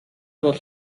бол